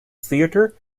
theatre